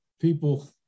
people